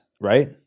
right